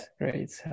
great